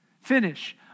finish